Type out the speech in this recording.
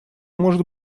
может